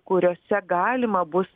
kuriose galima bus